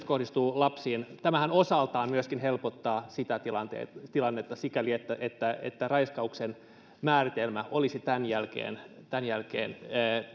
kohdistuvat lapsiin tämähän osaltaan myöskin helpottaa tilannetta sikäli että että raiskauksen määritelmä olisi tämän jälkeen tämän jälkeen